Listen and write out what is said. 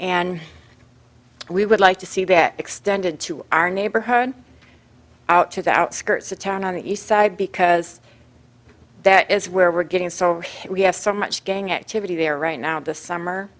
and we would like to see that extended to our neighborhood out to the outskirts of town on the east side because that is where we're getting so we have so much gang activity there right now this summer